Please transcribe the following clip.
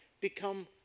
become